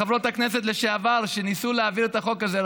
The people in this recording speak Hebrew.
לחברות הכנסת לשעבר שניסו להעביר את החוק הזה,